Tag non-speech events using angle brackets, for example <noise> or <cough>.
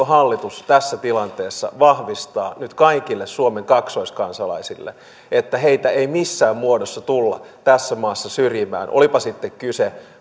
<unintelligible> hallitus tässä tilanteessa vahvistaa nyt kaikille suomen kaksoiskansalaisille että heitä ei missään muodossa tulla tässä maassa syrjimään olipa sitten kyse